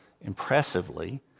impressively